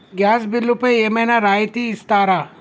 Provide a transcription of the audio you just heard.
Gas బిల్లుపై ఏమైనా రాయితీ ఇస్తారా?